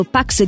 Pax